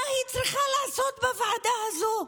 מה היא צריכה לעשות בוועדה הזאת?